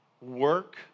work